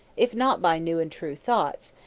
if not by new and true thoughts,